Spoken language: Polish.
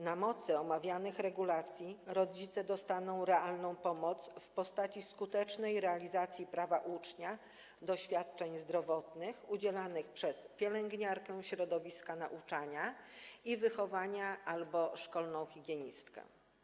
Na mocy omawianych regulacji rodzice dostaną realną pomoc w postaci skutecznej realizacji prawa ucznia do świadczeń zdrowotnych udzielanych przez pielęgniarkę środowiska nauczania i wychowania albo szkolną higienistkę.